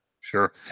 Sure